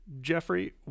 Jeffrey